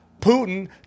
Putin